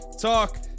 Talk